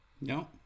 No